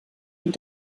und